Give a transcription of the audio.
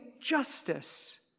justice